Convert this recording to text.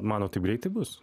manot taip greitai bus